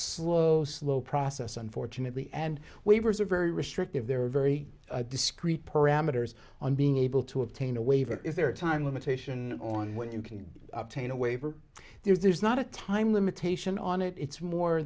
slow slow process unfortunately and waivers are very restrictive they're very discreet parameters on being able to obtain a waiver is there a time limitation on when you can obtain a waiver there's not a time limitation on it it's more